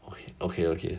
okay okay okay